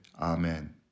Amen